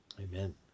Amen